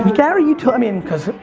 gary, you took, i mean, cause,